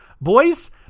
boys